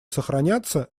сохраняться